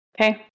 Okay